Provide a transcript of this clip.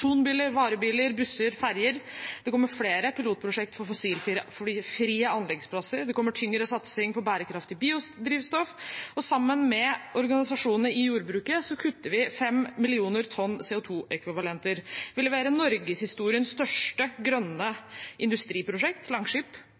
varebiler, busser og ferjer. Det kommer flere pilotprosjekt for fossilfrie anleggsplasser. Det kommer tyngre satsing på bærekraftig biodrivstoff, og sammen med organisasjonene i jordbruket kutter vi 5 millioner tonn CO 2 -ekvivalenter. Vi leverer norgeshistoriens største grønne industriprosjekt, Langskip